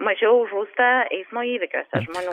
mažiau žūsta eismo įvykiuose žmonių